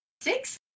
Six